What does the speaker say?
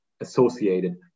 associated